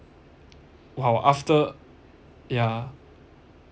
!wow! after yeah